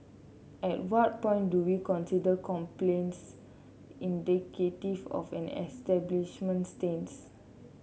at what point do we consider complaints indicative of an establishment's stance